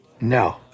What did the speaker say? No